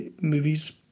movies